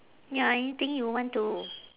ya anything you want to